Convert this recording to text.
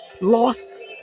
lost